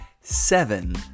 seven